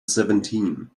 seventeen